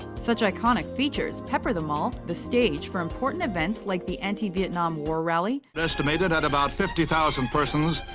such iconic features pepper the mall, the stage for important events like the anti-vietnam war rally, estimated at about fifty thousand persons,